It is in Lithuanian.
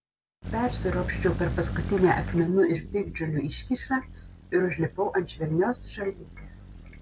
persiropščiau per paskutinę akmenų ir piktžolių iškyšą ir užlipau ant švelnios žolytės